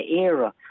era